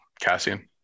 Cassian